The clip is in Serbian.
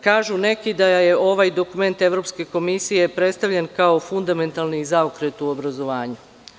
Kažu neki da je ovaj dokument Evropske komisije predstavljen kao fundamentalni zaokret u obrazovanju.